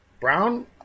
Brown